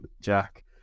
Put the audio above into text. Jack